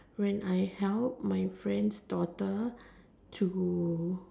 when I help my friend's daughter to